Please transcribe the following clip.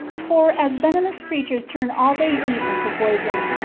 for, as venomous creatures turn all they eat into poison,